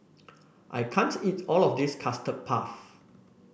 I can't eat all of this Custard Puff